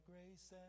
grace